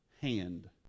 hand